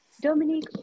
Dominique